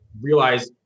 realize